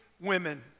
women